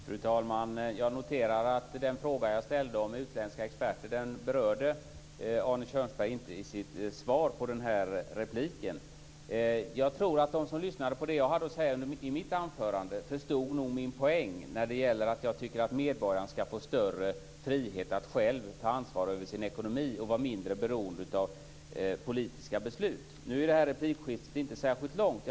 Fru talman! Jag noterar att den fråga jag ställde om utländska experter berörde Arne Kjörnsberg inte i sitt svar på repliken. Jag tror att de som lyssnade på det jag hade att säga i mitt anförande förstod nog min poäng när jag tycker att medborgarna ska få större frihet att själva ta ansvar för sin ekonomi och vara mindre beroende av politiska beslut. Nu är inte replikskiftet särskilt långt.